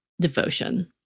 devotion